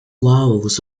vowels